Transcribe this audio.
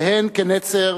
והן כנצר